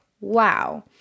wow